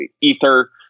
ether